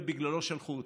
ובגללו שלחו אותנו.